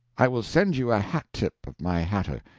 i will send you a hat-tip of my hatter,